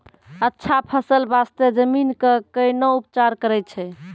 अच्छा फसल बास्ते जमीन कऽ कै ना उपचार करैय छै